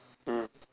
mm